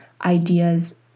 ideas